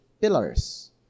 pillars